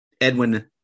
Edwin